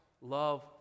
love